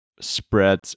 spread